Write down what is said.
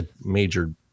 major